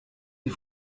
die